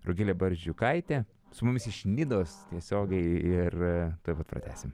rugilė barzdžiukaitė su mumis iš nidos tiesiogiai ir tuoj pat pratęsim